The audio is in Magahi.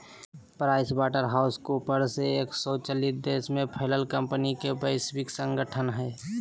प्राइस वाटर हाउस कूपर्स एक सो चालीस देश में फैलल कंपनि के वैश्विक संगठन हइ